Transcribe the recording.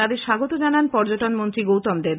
তাদের স্বাগত জানান পর্যটনমন্ত্রী গৌতম দেব